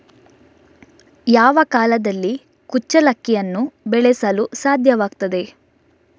ಯಾವ ಕಾಲದಲ್ಲಿ ಕುಚ್ಚಲಕ್ಕಿಯನ್ನು ಬೆಳೆಸಲು ಸಾಧ್ಯವಾಗ್ತದೆ?